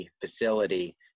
facility